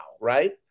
right